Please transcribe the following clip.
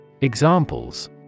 Examples